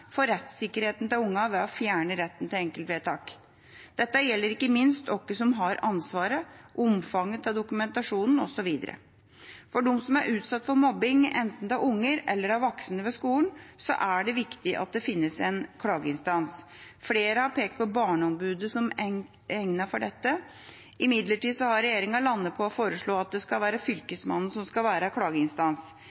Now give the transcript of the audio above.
for rettssikkerheten til ungene ved å fjerne retten til enkeltvedtak. Dette gjelder ikke minst hvem som har ansvaret, omfanget av dokumentasjonen osv. For dem som er utsatt for mobbing, enten av unger eller voksne ved skolen, er det viktig at det finnes en klageinstans. Flere har pekt på Barneombudet som egnet til dette. Imidlertid har regjeringa landet på å foreslå at det skal være